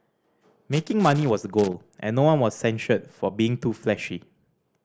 making money was goal and no one was censured for being too flashy